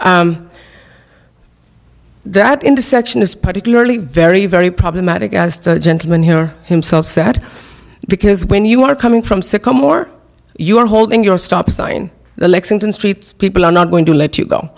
that that intersection is particularly very very problematic as the gentleman here himself sat because when you want to come in from sycamore you're holding your stop sign the lexington street people are not going to let you go